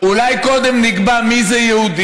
אולי קודם נקבע מי זה יהודי,